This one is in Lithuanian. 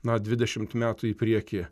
na dvidešimt metų į priekį